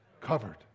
Covered